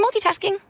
multitasking